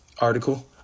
article